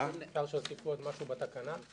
אפשר שיוסיפו עוד משהו בתקנה?